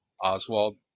Oswald